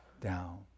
down